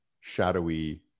shadowy